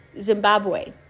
Zimbabwe